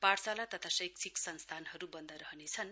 पाठशाला तथा शैक्षिक संस्थानहरू बन्द रहनेछन्